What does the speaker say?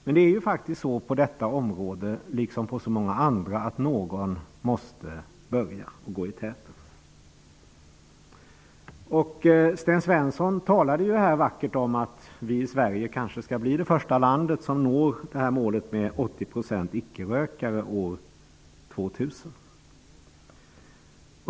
Men på detta område, liksom på många andra, måste faktiskt någon börja. Någon måste gå i täten. Sten Svensson talade här så vackert om att Sverige kanske blir det första land som når målet när det gäller detta med 80 % icke-rökare år 2000.